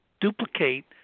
duplicate